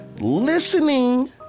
Listening